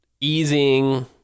easing